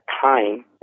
time